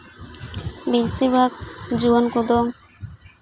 ᱵᱤᱥᱤᱨ ᱵᱷᱟᱜᱽ ᱡᱩᱣᱟᱹᱱ ᱠᱚᱫᱚ